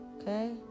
okay